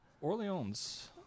Orleans